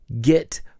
get